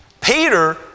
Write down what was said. Peter